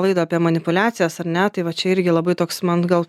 laidą apie manipuliacijas ar ne tai va čia irgi labai toks man gal